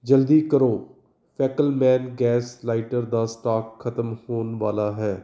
ਜਲਦੀ ਕਰੋ ਫੈਕਲਮੈਨ ਗੈਸ ਲਾਈਟਰ ਦਾ ਸਟਾਕ ਖਤਮ ਹੋਣ ਵਾਲਾ ਹੈ